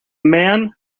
man